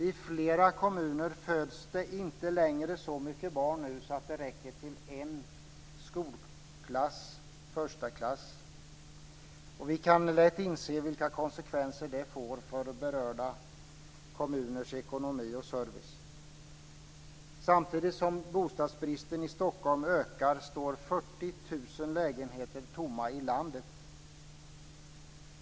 I flera kommuner föds det inte längre så många barn på ett år så att det räcker till en förstaklass i skolan. Vi kan lätt inse vilka konsekvenser det får för berörda kommuners ekonomi och service. Samtidigt som bostadsbristen i Stockholm ökar står 40 000 lägenheter tomma i landet.